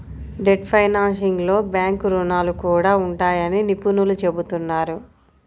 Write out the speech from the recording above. debt ఫైనాన్సింగ్లో bank రుణాలు కూడా ఉంటాయని నిపుణులు చెబుతున్నారు